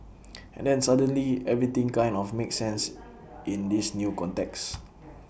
and then suddenly everything kind of makes sense in this new context